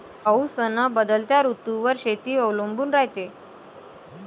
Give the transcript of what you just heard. पाऊस अन बदलत्या ऋतूवर शेती अवलंबून रायते